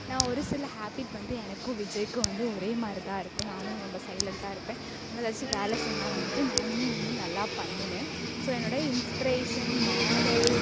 ஆனால் ஒரு சில ஹாபிட் வந்து எனக்கும் விஜய்க்கும் வந்து ஒரே மாதிரி தான் இருக்கும் நானும் ரொம்ப சைலெண்ட்டாக இருப்பேன் ஆனால் எதாச்சும் வேலை சொன்ன வந்துட்டு நானுமே வந்து நல்லா பண்ணுவேன் ஸோ என்னோடய இன்ஸ்ப்ரேஷன் மாடல்